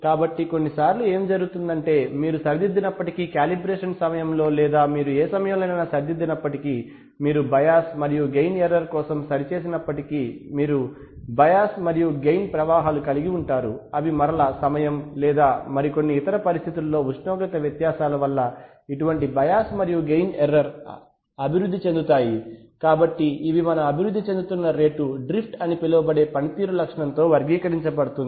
కాబట్టి కొన్నిసార్లు ఏమి జరుగుతుందంటే మీరు సరిదిద్దినప్పటికీ కాలిబ్రేషన్ సమయంలో లేదా మీరు ఏ సమయంలోనైనా సరిదిద్దినప్పటికీ మీరు బైయాస్ మరియు గెయిన్ ఎర్రర్ కోసం సరిచేసినప్పటికీ మీరు బైయాస్ మరియు గెయిన్ ప్రవాహాలు కలిగి ఉంటారు అవి మరలా సమయం లేదా కొన్ని ఇతర పరిస్థితులలో ఉష్ణోగ్రత వ్యత్యాసాల వల్ల ఇటువంటి బయాస్ మరియు గెయిన్ ఎర్రర్ అభివృద్ధి చెందుతాయి కాబట్టి ఇవి మన అభివృద్ధి చెందుతున్న రేటు డ్రిఫ్ట్ అని పిలువబడే పనితీరు లక్షణంతో వర్గీకరించబడుతుంది